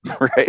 right